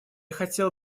хотел